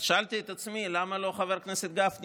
אז שאלתי את עצמי: למה חבר הכנסת גפני